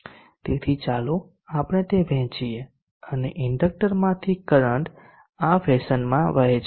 તેથી ચાલો આપણે તે વહેંચીએ અને ઇન્ડક્ટક્ટર માંથી કરંટ આ ફેશનમાં વહે છે